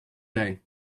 day